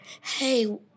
hey